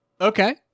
Okay